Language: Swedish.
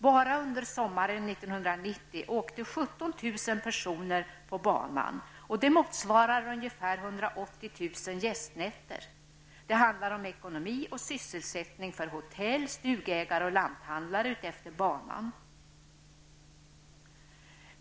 Bara under sommaren 1990 åkte 17 000 på banan. Det motsvarar ungefär 180 000 gästnätter. Det handlar om ekonomi och sysselsättning för hotell och stugägare och lanthandlare utefter banan.